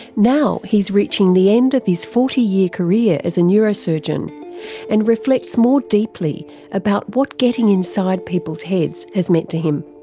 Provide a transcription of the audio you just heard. now he's reaching the end of his forty year career as a neurosurgeon and reflects more deeply about what getting inside people's heads has meant to him.